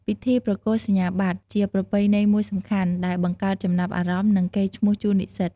ពិធីប្រគល់សញ្ញាបត្រជាប្រពៃណីមួយសំខាន់ដែលបង្កើតចំណាប់អារម្មណ៍ និងកេរ្តិ៍ឈ្មោះជូននិសិ្សត។